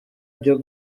byo